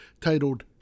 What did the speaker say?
titled